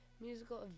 Musical